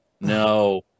No